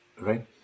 Right